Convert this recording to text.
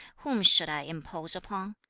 whom should i impose upon?